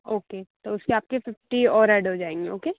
हाँ ओके तो उसके आपके फ़िफ़्टी और ऐड हो जाएंगे ओके